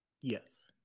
Yes